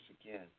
again